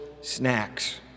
snacks